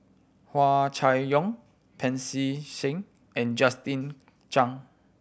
Hua Chai Yong Pancy Seng and Justin Zhuang